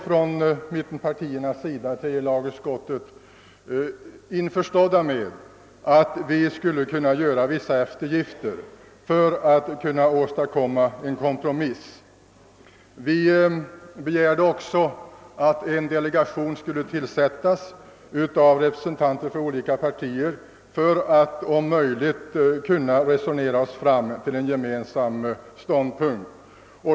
Från mittenpartiernas sida var vi i tredje lagutskottet införstådda med att vi skulle kunna göra vissa eftergifter för att åstadkomma en kompromiss. Vi begärde också att en delegation skulle tillsättas av representanter för olika partier för att om möjligt kunna resonera sig fram till en gemensam ståndpunkt.